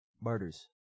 Barters